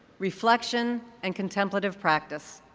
reflection, and contemplative practice.